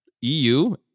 EU